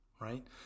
Right